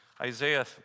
Isaiah